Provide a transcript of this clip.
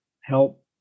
help